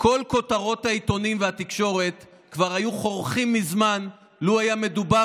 בכל כותרות העיתונים ובתקשורת כבר היו חורכים מזמן לו היה מדובר